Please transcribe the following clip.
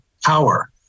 power